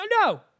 no